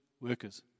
workers